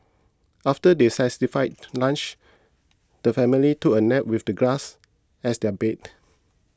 after their satisfying lunch the family took a nap with the grass as their bed